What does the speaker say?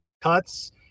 cuts